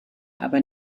aber